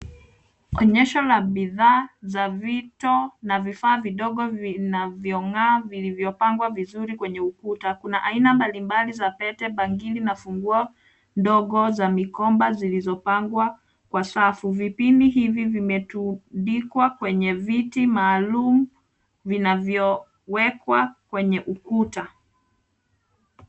Onyesho la bidhaa za vito na vifaa vidogo vinavyong'aa vilivyopangwa vizuri kwenye ukuta. Kuna aina mbalimbali za pete, bangili na funguo ndogo za mikoba zilizopangwa kwa safu. Vipini hivi vimetundikwa kwenye viti maalum, vinavyowekwa kwenye ukuta.